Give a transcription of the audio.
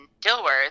Dilworth